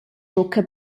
buca